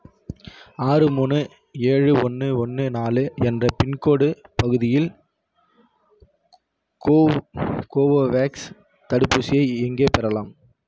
ஆறு மூணு ஏழு ஒன்று ஒன்று நாலு என்ற பின்கோடு பகுதியில் கோ கோவோவேக்ஸ் தடுப்பூசியை எங்கே பெறலாம்